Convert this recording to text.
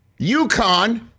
UConn